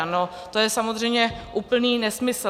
No to je samozřejmě úplný nesmysl.